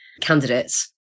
candidates